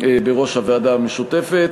בראש הוועדה המשותפת.